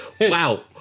wow